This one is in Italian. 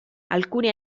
alcune